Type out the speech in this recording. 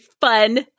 fun